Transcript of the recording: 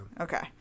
Okay